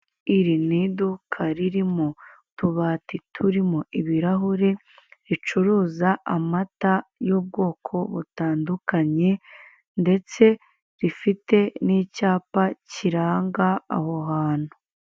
Iri ni iduka ririmo utubati turimo ibirahure ricuruza amata y'ubwoko butandukanye, ndetse rifite n'icyapa kiranga aho hantu.